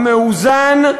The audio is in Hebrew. המאוזן,